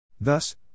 Thus